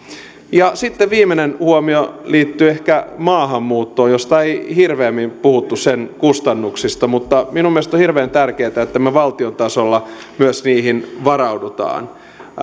sitten viimeinen huomio liittyy ehkä maahanmuuttoon josta ei hirveämmin ole puhuttu sen kustannuksista mutta minun mielestäni on hirveän tärkeätä että me valtiotasolla myös niihin varaudumme